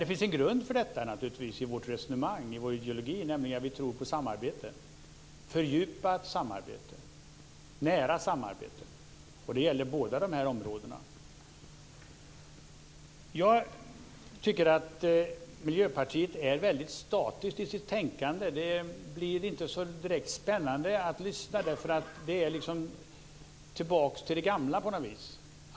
Det finns naturligtvis en grund för detta i vår ideologi, nämligen att vi tror på samarbete, fördjupat samarbete och nära samarbete, och det gäller på båda dessa områden. Jag tycker att Miljöpartiet är väldigt statiskt i sitt tänkande. Det är inte så spännande att lyssna på dess företrädare, för det är på något sätt som att försättas tillbaka i det gamla.